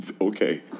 Okay